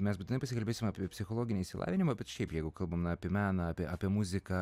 mes būtinai pasikalbėsim apie psichologinį išsilavinimą bet šiaip jeigu kalbame apie meną apie apie muziką